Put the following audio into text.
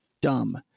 dumb